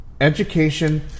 education